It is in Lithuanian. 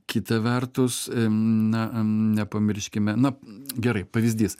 kita vertus na nepamirškime na gerai pavyzdys